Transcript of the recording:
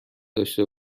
داشته